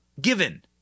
given